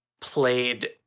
played